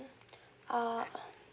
uh